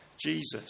Jesus